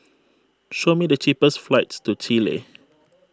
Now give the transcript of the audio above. show me the cheapest flights to Chile